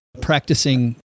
practicing